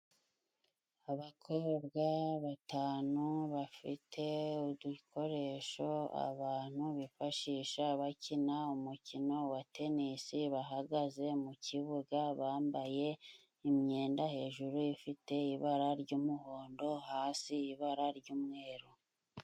Abakobwa batanu bafite udukoresho abantu bifashisha bakina umukino wa Tenisi, bahagaze mu kibuga bambaye imyenda hejuru ifite ibara ry'umuhondo, hasi ibara ry'umweru.